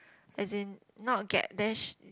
as in not get dash